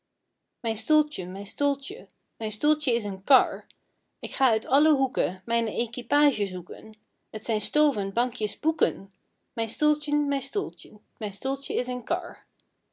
mijn stoeltjen mijn stoeltjen mijn stoeltjen is een kar ik ga uit alle hoeken mijne équipage zoeken t zijn stoven bankjes boeken mijn stoeltjen mijn stoeltjen mijn stoeltjen is een kar